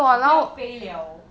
我不要飞 liao